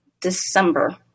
December